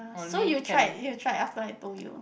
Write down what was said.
so you tried you tried after I told you